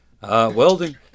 Welding